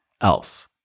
else